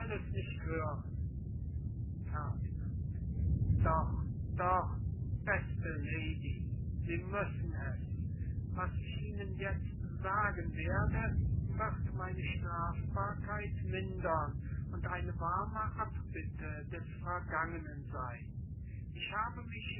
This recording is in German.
es nicht hören ferdinand doch doch beste lady sie müssen es was ich ihnen jetzt sagen werde wird meine strafbarkeit mindern und eine warme abbitte des vergangenen sein ich habe mich